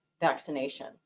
vaccination